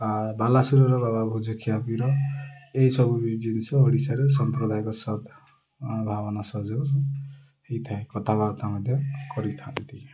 ଆ ବାଲାସରର ବାବା ଭୁଜଖିଆ ପିର ଏହିସବୁ ବି ଜିନିଷ ଓଡ଼ିଶାରେ ସମ୍ପ୍ରଦାୟକ ସତ ଭାବନା ସହଯୋଗ ହେଇଥାଏ କଥାବାର୍ତ୍ତା ମଧ୍ୟ କରିଥାନ୍ତି